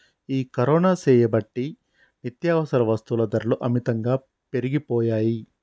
ఈ కరోనా సేయబట్టి నిత్యావసర వస్తుల ధరలు అమితంగా పెరిగిపోయాయి